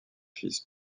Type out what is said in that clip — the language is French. fils